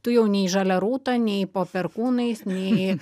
tu jau nei žalią rūtą nei po perkūnais nei